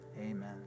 Amen